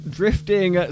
drifting